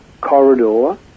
corridor